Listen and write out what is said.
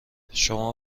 شما